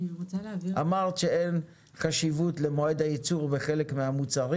אמרת שאין חשיבות למועד הייצור בחלק מהמוצרים.